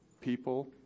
people